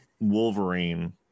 wolverine